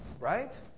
Right